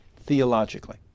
theologically